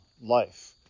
life